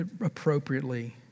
appropriately